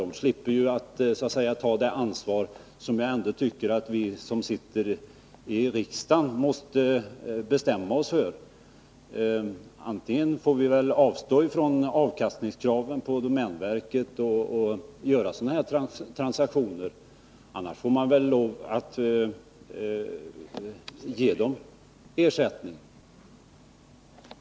Där slipper man ta det ansvar som vi som sitter i riksdagen måste ta. Vi måste bestämma oss: antingen får vi avstå från avkastningskraven på domänverket och göra sådana här transaktioner, eller också får vi lov att ge verket ersättning.